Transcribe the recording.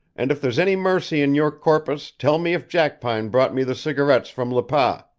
and if there's any mercy in your corpus tell me if jackpine brought me the cigarettes from le pas.